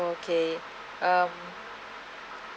okay um